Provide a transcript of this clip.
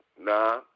nah